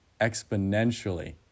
exponentially